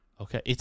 Okay